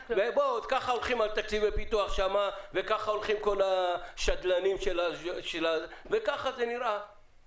כך הולכים על תקציבי פיתוח שם וכך הולכים כל השדלנים וכך זה נראה.